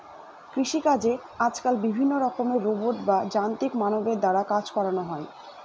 কৃষিকাজে আজকাল বিভিন্ন রকমের রোবট বা যান্ত্রিক মানবের দ্বারা কাজ করানো হয়